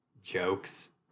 Jokes